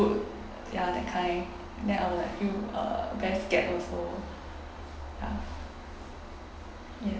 ya that kind then I will like feel uh very scared also ya yes